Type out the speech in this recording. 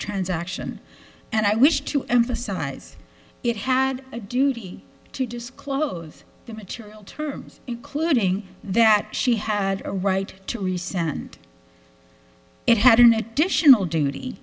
transaction and i wish to emphasize it had a duty to disclose the material terms including that she had a right to rescind it had an additional duty